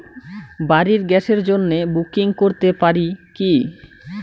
বাড়ির গ্যাসের জন্য বুকিং করতে পারি কি?